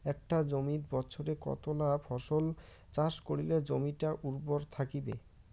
একটা জমিত বছরে কতলা ফসল চাষ করিলে জমিটা উর্বর থাকিবে?